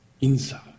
inside